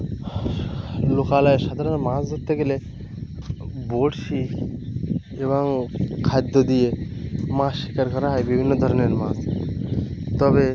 লোকালয়ে সাধারণ মাছ ধরতে গেলে বঁড়শি এবং খাদ্য দিয়ে মাছ শিকার করা হয় বিভিন্ন ধরনের মাছ তবে